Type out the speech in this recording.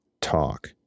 talk